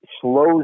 slows